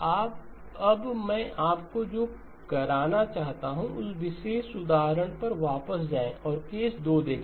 तो अब मैं आपको जो करना चाहता हूं उस विशेष उदाहरण पर वापस जाएं और केस 2 देखें